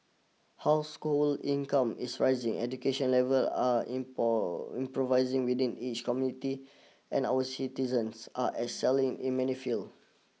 household income is rising education levels are improvising within each community and our citizens are excelling in many fields